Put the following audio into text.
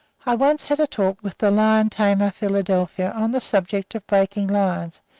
i once had a talk with the lion-tamer philadelphia on the subject of breaking lions,